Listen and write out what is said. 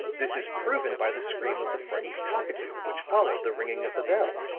this is proven by the scream of the frightened cockatoo which followed the ringing of the bell.